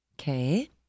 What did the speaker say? Okay